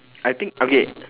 I think okay